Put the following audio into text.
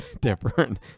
different